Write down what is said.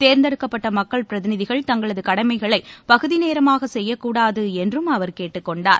தேர்ந்தெடுக்கப்பட்டமக்கள் பிரதிநிதிகள் தங்களதுகடமைகளைபகுதிநேரமாகசெய்யக்கூடாதுஎன்றுஅவர் கேட்டுக் கொண்டார்